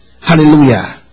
Hallelujah